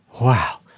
Wow